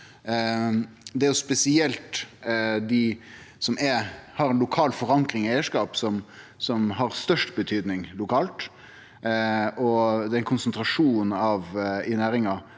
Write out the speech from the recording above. Det er spesielt dei som har ei lokal forankring i eigarskap som har størst betydning lokalt, og konsentrasjonen i næringa